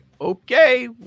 okay